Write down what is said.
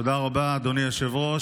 תודה רבה, אדוני היושב-ראש.